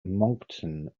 moncton